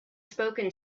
spoken